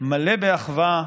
מלא באחווה,